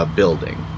building